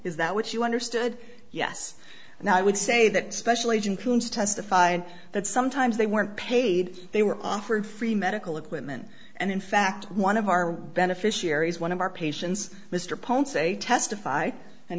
is that what you understood yes and i would say that special agent testified that sometimes they weren't paid they were offered free medical equipment and in fact one of our beneficiaries one of our patients mr ponce testified and